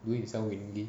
himself willingly